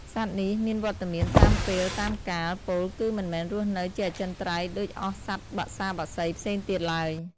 សត្វនេះ មានវត្តមានតាមពេលតាមកាលពោលគឺមិនមែនរស់នៅជាអចិន្ត្រៃយ៍ដូចអស់សត្វបក្សាបក្សីផ្សេងទៀតឡើយ។